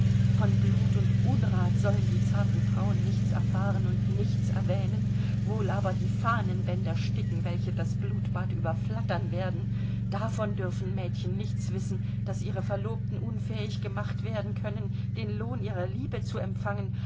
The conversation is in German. von blut und unrat sollen die zarten frauen nichts erfahren und nichts erwähnen wohl aber die fahnenbänder sticken welche das blutbad überflattern werden davon dürfen mädchen nichts wissen daß ihre verlobten unfähig gemacht werden können den lohn ihrer liebe zu empfangen